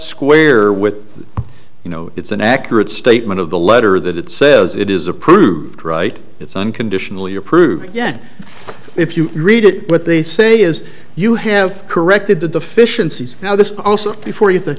square with you know it's an accurate statement of the letter that it says it is approved right it's unconditionally approved yet if you read it what they say is you have corrected the deficiencies now this is also before